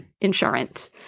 insurance